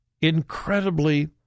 incredibly